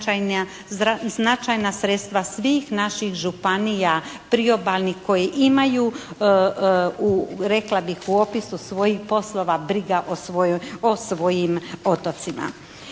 značajna sredstva svih naših županija priobalnih koje imaju u rekla bih u opisu svojih poslova briga o svojim otocima.